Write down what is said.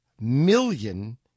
million